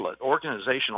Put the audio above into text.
organizational